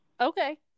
Okay